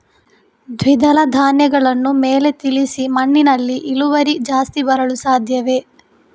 ದ್ವಿದಳ ಧ್ಯಾನಗಳನ್ನು ಮೇಲೆ ತಿಳಿಸಿ ಮಣ್ಣಿನಲ್ಲಿ ಇಳುವರಿ ಜಾಸ್ತಿ ಬರಲು ಸಾಧ್ಯವೇ?